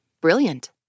Brilliant